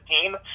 team